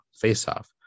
Face-Off